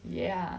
ya